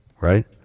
right